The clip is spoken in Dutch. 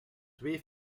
twee